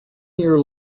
year